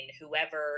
whoever